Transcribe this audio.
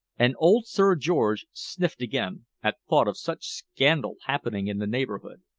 and old sir george sniffed again at thought of such scandal happening in the neighborhood.